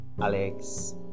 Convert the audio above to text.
alex